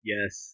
Yes